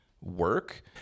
work